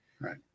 right